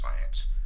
science